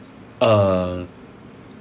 uh